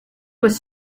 was